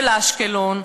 של אשקלון,